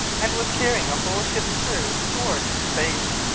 and was carrying a whole ship's crew towards space.